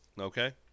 Okay